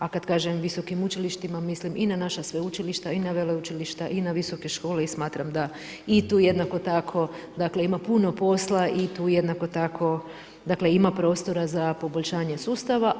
A kada kažem visokim učilištima mislim i na naša sveučilišta, i na veleučilišta, i na visoke škole i smatram da i tu jednako tako dakle ima posta i tu jednako tako ima prostora za poboljšanje sustava.